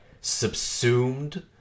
subsumed